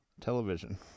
television